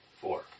Four